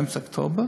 באמצע אוקטובר,